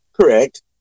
Correct